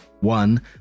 one